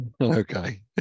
Okay